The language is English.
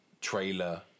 trailer